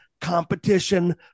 competition